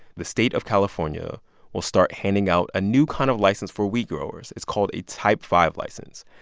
the state of california will start handing out a new kind of license for weed growers. it's called a type five license.